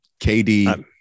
KD